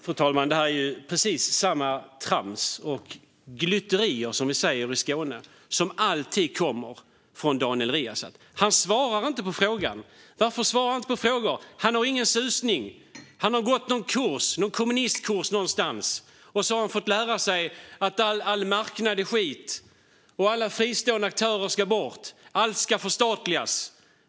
Fru talman! Det här är precis samma trams och glytterier, som vi säger i Skåne, som alltid kommer från Daniel Riazat. Han svarar inte på frågan, för han har ingen susning. Han har gått någon kommunistkurs och fått lära sig att all marknad är skit, alla fristående aktörer ska bort och allt ska förstatligas.